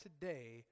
today